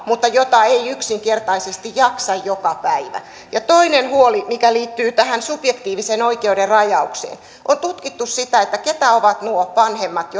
mutta jota ei yksinkertaisesti jaksa joka päivä toinen huoli mikä liittyy tähän subjektiivisen oikeuden rajaukseen on tutkittu sitä keitä ovat nuo vanhemmat